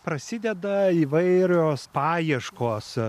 prasideda įvairios paieškos